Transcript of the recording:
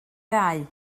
ddau